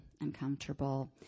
uncomfortable